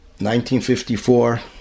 1954